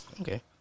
Okay